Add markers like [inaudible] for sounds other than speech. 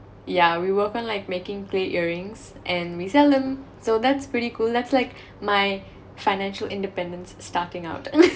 ya we work on like making great earrings and we sell them so that's pretty cool that's like my financial independence starting out [laughs]